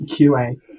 QA